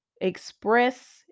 express